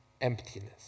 emptiness